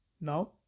Now